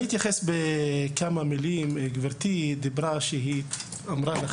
אני רק אתייחס למה שהיא אמרה.